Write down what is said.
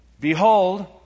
Behold